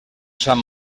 sant